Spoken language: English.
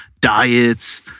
diets